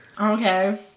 Okay